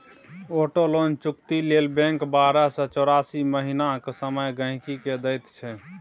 auto loan चुकती लेल bank बारह सँ चौरासी महीनाक समय गांहिकी केँ दैत छै